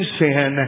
sin